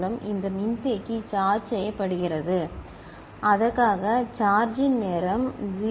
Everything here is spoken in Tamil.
மூலம் இந்த மின்தேக்கி சார்ஜ் செய்யப்படுகிறது அதற்காக சார்ஜிங் நேரம் 0